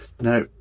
Now